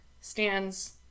stands